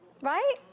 Right